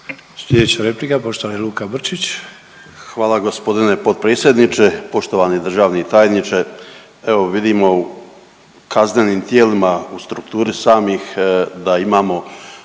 Slijedeća replika poštovani Luka Brčić. **Brčić, Luka (HDZ)** Hvala gospodine potpredsjedniče. Poštovani državni tajniče, evo vidimo u kaznenim tijelima u strukturi samih da imamo